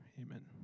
Amen